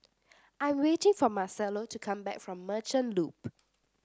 I'm waiting for Marcello to come back from Merchant Loop